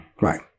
Right